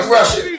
Russia